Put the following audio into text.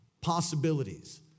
possibilities